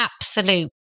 absolute